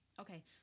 Okay